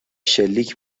شلیک